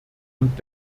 und